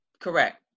Correct